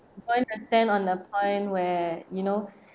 going to attend on the point where you know